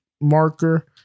marker